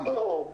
תראו,